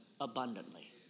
abundantly